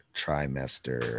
trimester